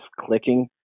clicking